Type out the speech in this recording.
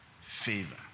favor